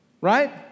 Right